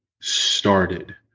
started